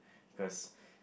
cause